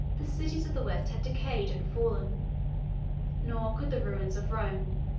the cities of the west had decayed and fallen nor could the ruins of rome,